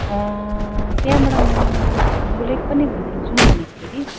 त्यहाँबाट म छाङ्गु लेक पनि घुम्न जाउँ भनेको थिएँ कि